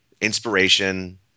inspiration